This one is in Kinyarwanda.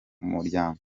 muryango